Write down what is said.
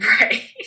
Right